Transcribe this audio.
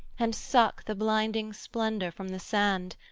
and suck the blinding splendour from the sand,